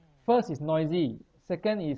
first is noisy second is